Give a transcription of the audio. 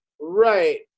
Right